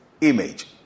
image